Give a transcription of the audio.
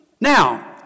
Now